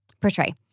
portray